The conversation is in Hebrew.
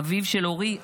אביו של אורי,